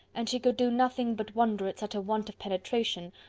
and she could do nothing but wonder at such a want of penetration,